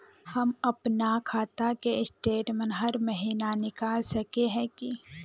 हम अपना खाता के स्टेटमेंट हर महीना निकल सके है की?